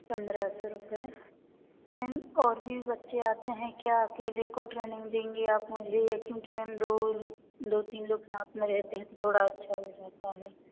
पंद्रह सौ रुपये मैम और भी बच्चे आते हैं क्या अकेले को ट्रेनिंग देंगी आप मुझे या क्योंकि मैं दो दो तीन लोग साथ में रहते हैं तो थोड़ा अच्छा हो जाता है